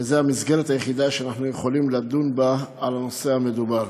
וזאת המסגרת היחידה שאנחנו יכולים לדון בה על הנושא המדובר.